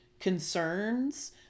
Concerns